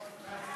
חוק